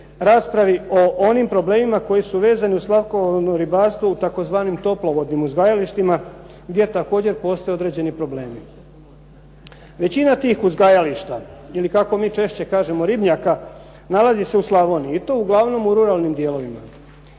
raspravi o onim problemima koji su vezani uz slatkovodno ribarstvo u tzv. toplovodnim uzgajalištima gdje također postoje određeni problemi. Većina tih uzgajališta ili kako mi češće kažemo ribnjaka nalazi se u Slavoniji i to uglavnom u ruralnim dijelovima.